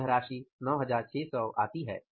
तो यह राशि 9600 आती है